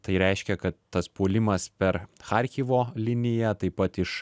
tai reiškia kad tas puolimas per charkivo liniją taip pat iš